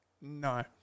No